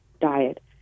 diet